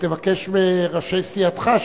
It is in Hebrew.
גם תבקש מראשי סיעתך,